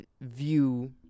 view